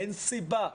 אין סיבה.